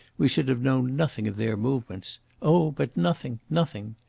we should have known nothing of their movements oh, but nothing nothing.